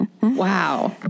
Wow